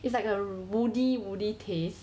it's like a woody woody taste